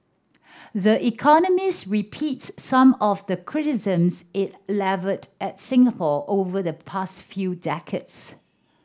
the Economist repeats some of the criticisms it levelled at Singapore over the past few decades